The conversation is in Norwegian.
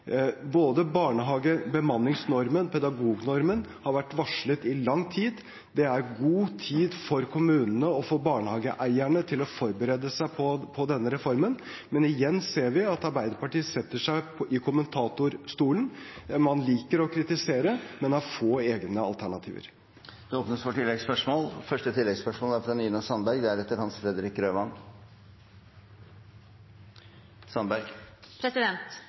Både barnehagebemanningsnormen og -pedagognormen har vært varslet i lang tid. Det er god tid for kommunene og for barnehageeierne til å forberede seg på denne reformen, men igjen ser vi at Arbeiderpartiet setter seg i kommentatorstolen. Man liker å kritisere, men har få egne alternativer. Det